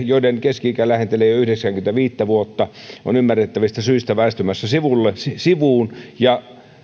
joiden keski ikä lähentelee jo yhdeksääkymmentäviittä vuotta ovat ymmärrettävistä syistä väistymässä sivuun ja